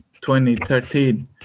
2013